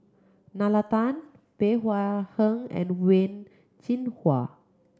Nalla Tan Bey Hua Heng and Wen Jinhua